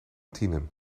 tienen